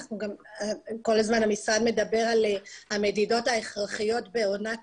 כל הזמן המשרד מדבר על המדידות ההכרחיות בעונת